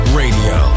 radio